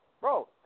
Bro